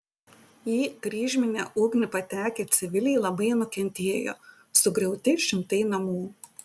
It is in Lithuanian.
į kryžminę ugnį patekę civiliai labai nukentėjo sugriauti šimtai namų